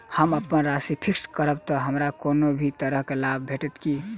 हम अप्पन राशि फिक्स्ड करब तऽ हमरा कोनो भी तरहक लाभ भेटत की?